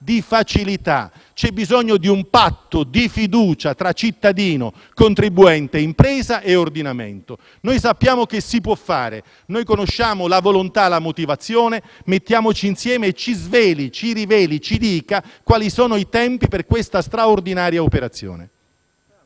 di facilità e di un patto di fiducia tra cittadino contribuente, impresa e ordinamento. Sappiamo che si può fare e conosciamo la volontà e la motivazione: mettiamoci insieme e ci riveli i tempi per questa straordinaria operazione.